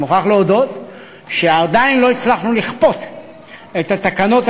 אני מוכרח להודות שעדיין לא הצלחנו לכפות את התקנות